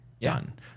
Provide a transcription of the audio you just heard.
Done